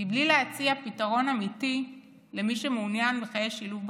בלי להציע פתרון אמיתי למי שמעוניין בחיי שילוב בקהילה.